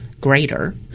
greater